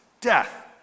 death